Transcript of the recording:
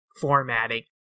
formatting